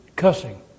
cussing